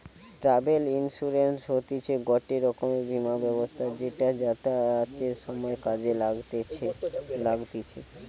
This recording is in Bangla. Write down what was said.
ট্রাভেল ইন্সুরেন্স হতিছে গটে রকমের বীমা ব্যবস্থা যেটা যাতায়াতের সময় কাজে লাগতিছে